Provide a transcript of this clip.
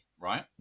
right